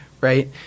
right